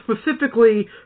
specifically